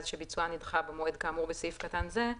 שביצועה נדחה במועד כאמור בסעיף קטן זה,